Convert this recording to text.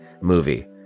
movie